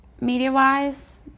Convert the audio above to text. media-wise